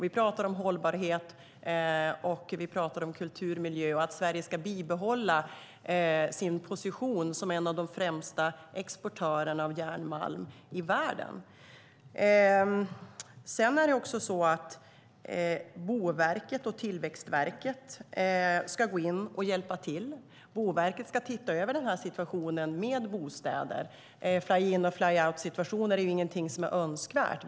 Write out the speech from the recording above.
Vi pratar om hållbarhet, vi pratar om kulturmiljö och om att Sverige ska behålla sin position som en av de främsta exportörerna av järnmalm i världen. Sedan är det också så att Boverket och Tillväxtverket ska gå in och hjälpa till. Boverket ska titta över situationen för bostäder. Fly-in och fly-out-situationer är ingenting som är önskvärt.